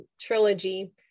trilogy